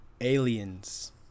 aliens